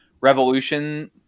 revolution